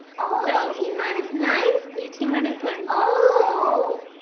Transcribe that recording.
oh yeah eighteen minus nine? eighteen minus nine. oh!